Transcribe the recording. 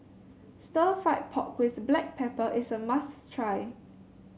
Stir Fried Pork with Black Pepper is a must try